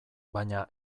baina